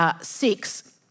Six